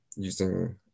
using